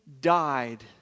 died